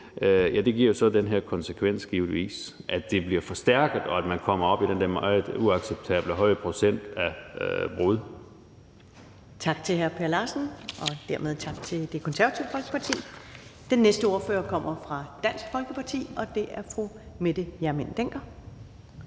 muligt, giver jo så givetvis den konsekvens, at det bliver forstærket, og at man kommer op på den der uacceptabelt høje procent af brud. Kl. 14:26 Første næstformand (Karen Ellemann): Tak til hr. Per Larsen, og dermed tak til Det Konservative Folkeparti. Den næste ordfører kommer fra Dansk Folkeparti, og det er fru Mette Hjermind Dencker.